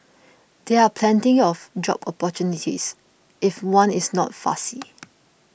there are plenty of job opportunities if one is not fussy